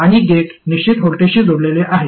आणि गेट निश्चित व्होल्टेजशी जोडलेले आहे